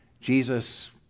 Jesus